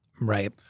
Right